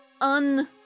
un